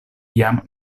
jam